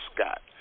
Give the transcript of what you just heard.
Scott